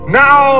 now